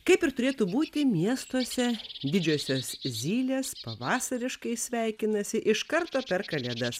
kaip ir turėtų būti miestuose didžiosios zylės pavasariškai sveikinasi iš karto per kalėdas